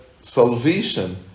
salvation